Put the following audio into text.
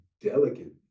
delicate